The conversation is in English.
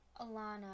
Alana